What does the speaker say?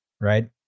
right